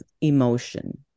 emotion